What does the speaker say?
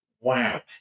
wow